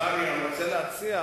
אני גם רוצה להציע,